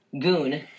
goon